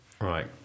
Right